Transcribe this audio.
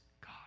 god